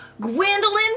Gwendolyn